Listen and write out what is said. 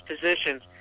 positions